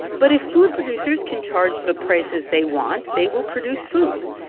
but if food producers can charge the prices they want, they will produce food.